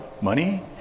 money